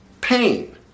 pain